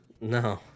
No